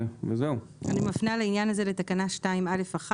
אני מפנה לעניין הזה לתקנה 2(א1),